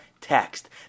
text